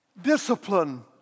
discipline